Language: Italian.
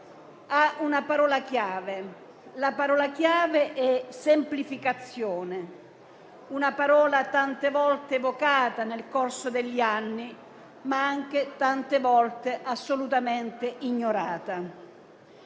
ha una parola chiave: semplificazione; una parola tante volte evocata nel corso degli anni, ma anche tante volte assolutamente ignorata.